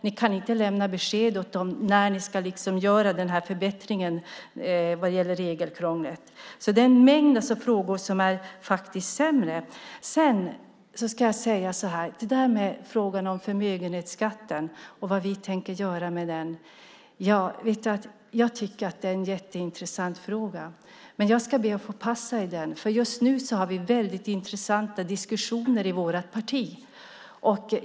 Ni kan inte lämna besked om när ni ska göra förbättringar när det gäller regelkrånglet. Det är en mängd saker som är sämre. Frågan om förmögenhetsskatten och vad vi tänker göra med den är jätteintressant, men jag ber att få passa. Vi har just nu väldigt intressanta diskussioner i vårt parti.